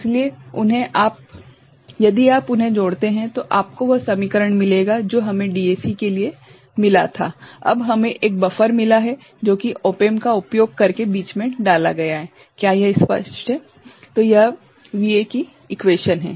इसलिए यदि आप उन्हें जोड़ते हैं तो आपको वह समीकरण मिलेगा जो हमें डीएसी के लिए मिला था अब हमें एक बफर मिला है जो की ऑप एम्प का उपयोग करके बीच में डाला गया है क्या यह स्पष्ट है